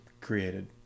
created